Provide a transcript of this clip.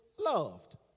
loved